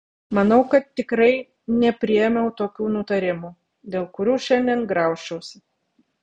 manau kad tikrai nepriėmiau tokių nutarimų dėl kurių šiandien graužčiausi